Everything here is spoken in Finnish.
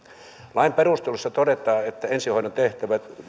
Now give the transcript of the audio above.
lain perusteluissa todetaan että ensihoidon tehtävät